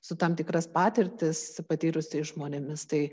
su tam tikras patirtis patyrusiais žmonėmis tai